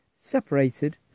separated